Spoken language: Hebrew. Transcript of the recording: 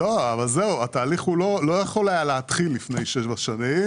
התהליך לא יכול היה להתחיל לפני שבע שנים,